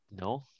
No